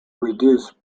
reduce